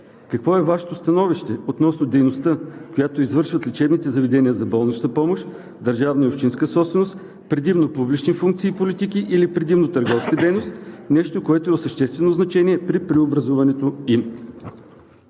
Какво е Вашето становище относно дейността, която извършват лечебните заведения за болнична помощ, държавна и общинска собственост, предимно публични функции и политики или предимно търговска дейност – нещо, което е от съществено значение при преобразуването им?